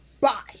Bye